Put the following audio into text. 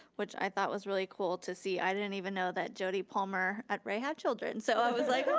which i thought was really cool to see. i didn't even know that jody palmer at rea had children, so i was like